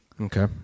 Okay